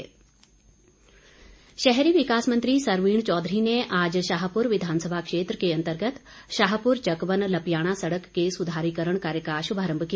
सरवीण शहरी विकास मंत्री सरवीण चौधरी ने आज शाहपुर विधानसभा क्षेत्र के अंतर्गत शाहपुर चकवन लपियाणा सड़क के सुधारीकरण कार्य का शुभारम्म किया